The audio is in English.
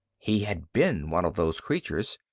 he had been one of those creatures.